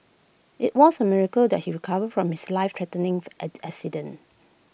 IT was A miracle that he recovered from his life threatening at accident